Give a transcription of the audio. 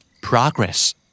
progress